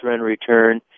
return